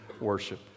worship